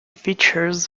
features